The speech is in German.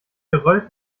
geröll